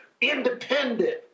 independent